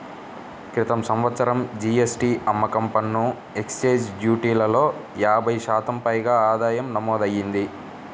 క్రితం సంవత్సరం జీ.ఎస్.టీ, అమ్మకం పన్ను, ఎక్సైజ్ డ్యూటీలలో యాభై శాతం పైగా ఆదాయం నమోదయ్యింది